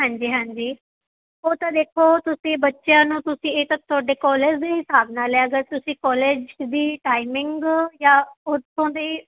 ਹਾਂਜੀ ਹਾਂਜੀ ਉਹ ਤਾਂ ਦੇਖੋ ਤੁਸੀਂ ਬੱਚਿਆਂ ਨੂੰ ਤੁਸੀਂ ਇਹ ਤਾਂ ਤੁਹਾਡੇ ਕੋਲਜ ਦੇ ਹਿਸਾਬ ਨਾਲ ਹੈ ਅਗਰ ਤੁਸੀਂ ਕੋਲਜ ਦੀ ਟਾਈਮਿੰਗ ਜਾਂ ਉੱਥੋਂ ਦੇ